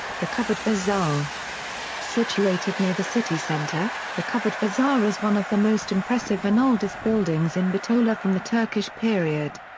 the covered bazaar situated near the city centre, the covered bazaar is one of the most impressive and oldest buildings in bitola from the turkish period.